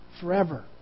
forever